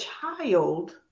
child